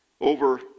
over